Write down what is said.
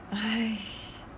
!hais!